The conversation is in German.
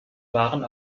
waren